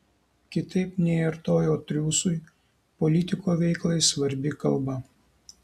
kitaip nei artojo triūsui politiko veiklai svarbi kalba